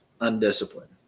undisciplined